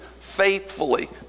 faithfully